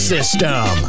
System